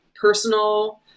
personal